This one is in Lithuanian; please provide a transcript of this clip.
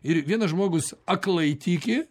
ir vienas žmogus aklai tiki